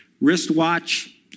wristwatch